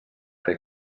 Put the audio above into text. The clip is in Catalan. fer